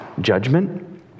judgment